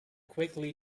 quickly